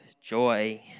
joy